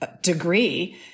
degree